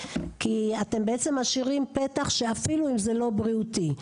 כי אתם בעצם משאירים פתח שאפילו אם זה לא בריאותי,